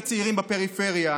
לצעירים בפריפריה.